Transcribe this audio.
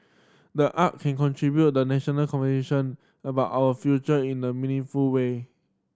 the art can contribute the national conversation about our future in a meaningful way